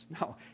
No